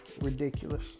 ridiculous